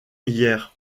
hier